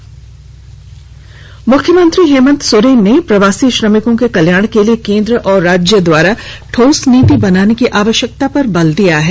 मुख्यमंत्री मुख्यमंत्री हेमंत सोरेन ने प्रवासी श्रमिकों के कल्याण के लिए केंद्र और राज्य द्वारा ठोस नीति बनाने की आवश्यकता पर बल दिया है